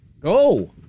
Go